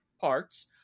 parts